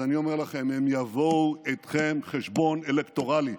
אז אני אומר לכם, הם יבואו איתכם חשבון אלקטורלי,